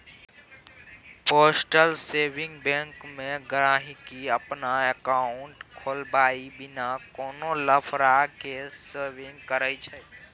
postal saving bank मे गांहिकी अपन एकांउट खोलबाए बिना कोनो लफड़ा केँ सेविंग करय छै